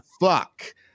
fuck